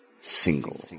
Single